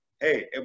Hey